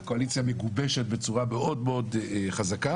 שבהם הקואליציה מגובשת בצורה מאוד מאוד חזקה.